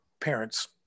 parents